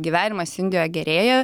gyvenimas indijoj gerėja